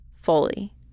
fully